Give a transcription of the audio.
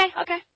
okay